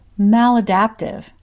maladaptive